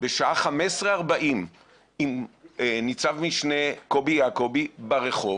בשעה 15:40 עם ניצב משנה קובי יעקובי ברחוב